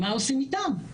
מה עושים איתן?